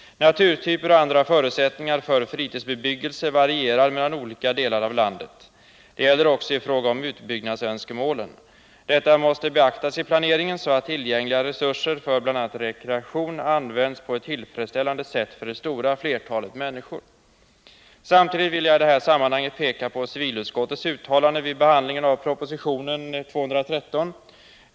Naturtyper och andra förutsättningar för fritidsbebyggelse varierar mellan olika delar av landet. Det gäller också i fråga om”utbyggnadsönskemålen. Detta måste beaktas i planeringen så att tillgängliga resurser för bl.a. rekreation används på ett tillfredsställande sätt för det stora flertalet människor. Samtidigt vill jag i detta sammanhang peka på civilutskottets uttalande vid behandlingen av propositionen 1978/79:213.